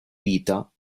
vita